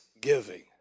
giving